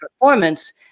performance